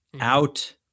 out